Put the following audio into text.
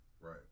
right